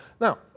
Now